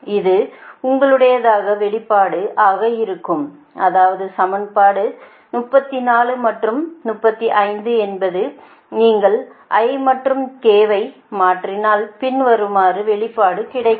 இது உங்களுடையதாக வெளிப்பாடு ஆக இருக்கும் அதாவது சமன்பாடு 34 மற்றும் 35 என்பது நீங்கள் i மற்றும் k ஐ மாற்றினால் பின்வரும் வெளிப்பாடு கிடைக்கும்